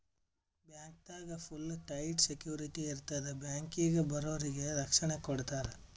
ಬ್ಯಾಂಕ್ದಾಗ್ full tight security ಇರ್ತದ್ ಬ್ಯಾಂಕಿಗ್ ಬರೋರಿಗ್ ರಕ್ಷಣೆ ಕೊಡ್ತಾರ